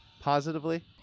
positively